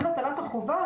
גם הטלת החובה,